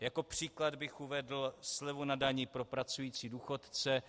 Jako příklad bych uvedl slevu na dani pro pracující důchodce.